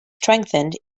strengthened